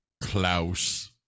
klaus